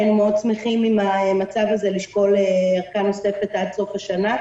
היינו שמחים מאוד שישקלו ארכה נוספת עד סוף השנה.